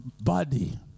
body